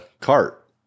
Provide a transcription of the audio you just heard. cart